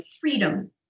freedom